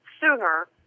sooner